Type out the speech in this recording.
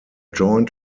joint